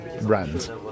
brand